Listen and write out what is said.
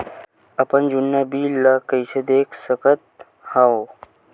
अपन जुन्ना बिल ला कइसे देख सकत हाव?